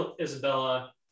Isabella